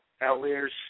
Outliers